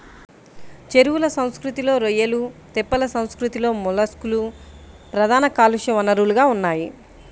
చెరువుల సంస్కృతిలో రొయ్యలు, తెప్పల సంస్కృతిలో మొలస్క్లు ప్రధాన కాలుష్య వనరులుగా ఉన్నాయి